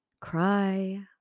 cry